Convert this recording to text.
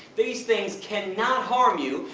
these things cannot harm you,